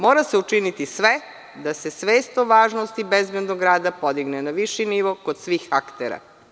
Mora se učiniti sve da se svest o važnosti bezbednog rada podigne na viši nivo kod svih aktera.